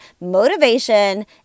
motivation